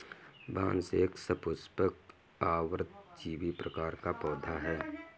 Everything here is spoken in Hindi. बांस एक सपुष्पक, आवृतबीजी प्रकार का पौधा है